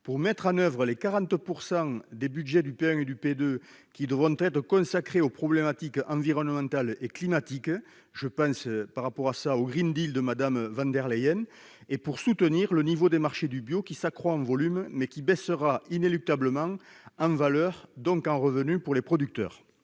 de mettre en oeuvre les 40 % des budgets du P1 et du P2 qui devront être consacrés aux problématiques environnementales et climatiques- je pense notamment au de Mme von der Leyen -et pour soutenir le niveau du marché du bio, qui s'accroît en volume mais qui baissera inéluctablement en valeur, donc en termes de revenus pour les producteurs